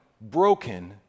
broken